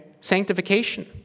Sanctification